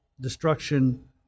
Destruction